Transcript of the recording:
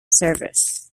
service